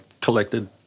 collected